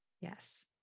Yes